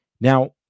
Now